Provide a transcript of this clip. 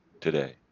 today